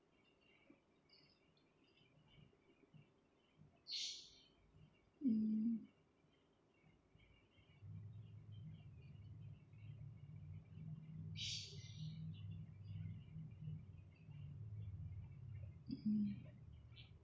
mm mm